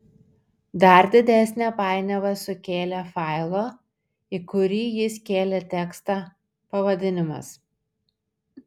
dar didesnę painiavą sukėlė failo į kurį jis kėlė tekstą pavadinimas